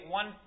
one